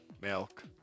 Milk